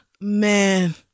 man